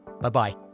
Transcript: Bye-bye